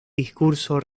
discurso